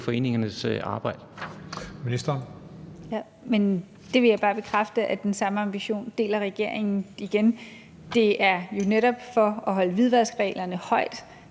Mogensen): Jamen det vil jeg bare bekræfte, nemlig at den samme ambition deler regeringen. Og igen: Det er jo netop for at holde hvidvaskreglerne højt